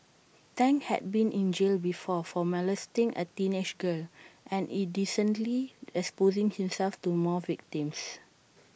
Tang had been in jail before for molesting A teenage girl and indecently exposing himself to more victims